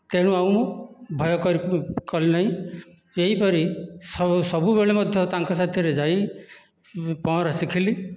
ତେଣୁ ଆଉ ମୁଁ ଭୟ କଲି ନାହିଁ ଏହିପରି ସବୁବେଳେ ମଧ୍ୟ ତାଙ୍କ ସାଥିରେ ଯାଇ ପହଁରା ଶିଖିଲି